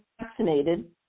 vaccinated